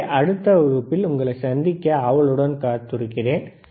எனவே அடுத்த வகுப்பில் உங்களைப் சந்திக்க ஆவலுடன் காத்திருக்கிறேன்